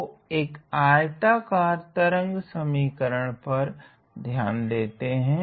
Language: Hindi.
तो एक आयताकार तरंग समीकरण पर ध्यान देते हैं